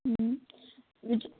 હં